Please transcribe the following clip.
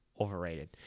overrated